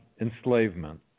enslavement